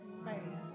man